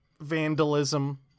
vandalism